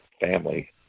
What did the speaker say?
family